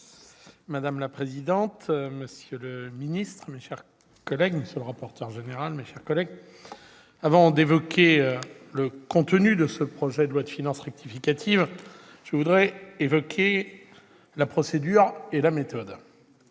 Madame la présidente, monsieur le ministre, monsieur le rapporteur général, mes chers collègues, avant d'évoquer le contenu de ce projet de loi de finances rectificative, je veux dire un mot de la procédure et de la méthode.